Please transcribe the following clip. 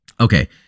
Okay